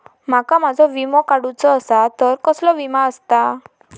माका माझो विमा काडुचो असा तर कसलो विमा आस्ता?